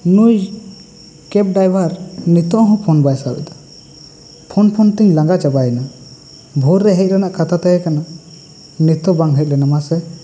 ᱱᱩᱭ ᱠᱮᱯ ᱰᱟᱭᱵᱷᱟᱨ ᱱᱤᱛᱚᱜ ᱦᱚᱸ ᱯᱷᱳᱱ ᱵᱟᱭ ᱥᱟᱵ ᱮᱫᱟᱭ ᱯᱷᱳᱱ ᱯᱷᱳᱱ ᱛᱮᱧ ᱞᱟᱝᱜᱟ ᱪᱟᱵᱟᱭᱮᱱᱟ ᱵᱷᱳᱨ ᱨᱮ ᱦᱮᱡ ᱨᱮᱱᱟᱜ ᱠᱟᱛᱷᱟ ᱛᱟᱦᱮᱸ ᱠᱟᱱᱟ ᱱᱤᱛ ᱦᱚᱸ ᱵᱟᱝ ᱦᱮᱡ ᱞᱮᱱᱟ ᱢᱟᱥᱮ